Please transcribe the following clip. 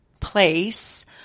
place